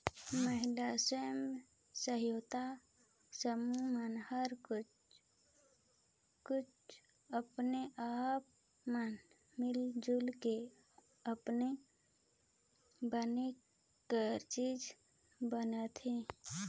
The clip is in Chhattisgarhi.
महिला स्व सहायता समूह मन हर कुछ काछ अपने अपन मन मिल जुल के आनी बानी कर चीज बनाथे